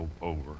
over